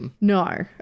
No